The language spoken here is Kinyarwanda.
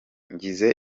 ngize